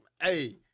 hey